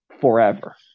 forever